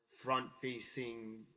front-facing